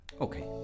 Okay